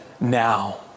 now